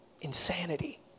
Insanity